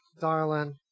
darling